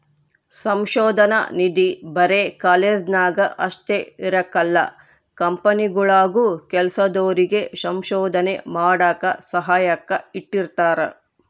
ಸಂಶೋಧನಾ ನಿಧಿ ಬರೆ ಕಾಲೇಜ್ನಾಗ ಅಷ್ಟೇ ಇರಕಲ್ಲ ಕಂಪನಿಗುಳಾಗೂ ಕೆಲ್ಸದೋರಿಗೆ ಸಂಶೋಧನೆ ಮಾಡಾಕ ಸಹಾಯಕ್ಕ ಇಟ್ಟಿರ್ತಾರ